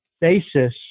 basis